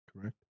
Correct